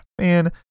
man